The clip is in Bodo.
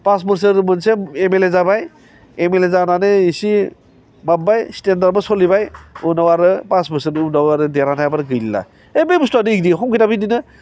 पास बोसोर मोनसे एम एल ए जाबाय एम एल ए जानानै एसे माबाबाय सिटेन्डारबो सोलिबाय उनाव आरो फास बोसोरनि उनाव आरो देरहानो हायाबाथाय गैला है बे बुस्थुआनो बिदि संगिदआबो बिदिनो